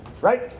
Right